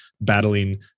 battling